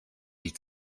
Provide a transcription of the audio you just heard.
die